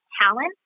talent